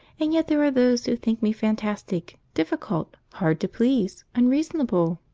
and yet there are those who think me fantastic, difficult, hard to please, unreasonable!